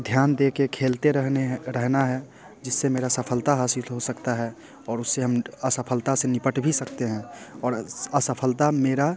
ध्यान देके खेलते रहने रहना है जिससे मेरा सफलता हासिल हो सकता है और उससे हम असफलता से निपट भी सकते हैं और असफलता मेरा